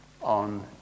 on